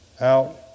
out